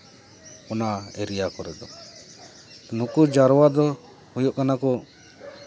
ᱚᱱᱟ ᱮᱨᱤᱭᱟ ᱠᱚᱨᱮ ᱫᱚ ᱱᱩᱠᱩ ᱡᱟᱣᱨᱟ ᱫᱚ ᱦᱩᱭᱩᱜ ᱠᱟᱱᱟ ᱠᱚ